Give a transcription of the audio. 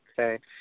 Okay